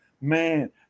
Man